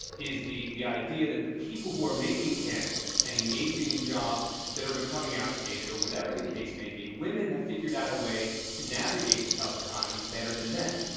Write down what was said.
is the the idea that the people who are making candles and engaging in jobs that are becoming outdated or whatever the case may be, women have figured out a way to navigate the tough economy better than men.